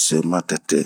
see matete